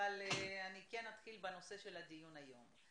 שהאנשים שם נמצאים כרגע בלחץ טוטלי,